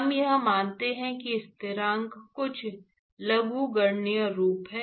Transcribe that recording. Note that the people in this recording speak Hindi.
हम यह मानते हैं कि स्थिरांक कुछ लघुगणकीय रूप है